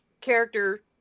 character